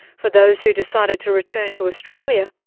for those who decided to return to australia,